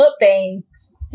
thanks